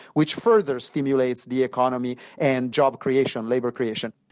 which further stimulates the economy and job creation labor creation.